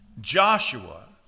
Joshua